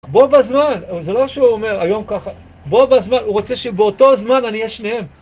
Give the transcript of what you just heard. בוא בזמן, זה לא שהוא אומר, היום ככה... בוא בזמן, הוא רוצה שבאותו הזמן אני אהיה שניהם